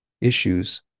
issues